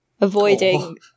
Avoiding